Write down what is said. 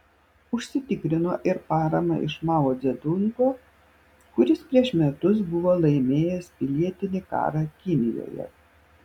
užsitikrino ir paramą iš mao dzedungo kuris prieš metus buvo laimėjęs pilietinį karą kinijoje